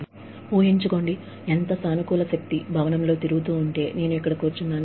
ఇప్పుడే ఊహించుకోండి నేను కూర్చున్న భవనంలో ఎంత సానుకూల శక్తి ప్రసరిస్తుందో